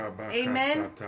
Amen